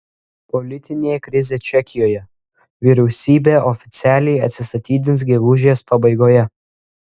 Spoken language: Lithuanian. politinė krizė čekijoje vyriausybė oficialiai atsistatydins gegužės pabaigoje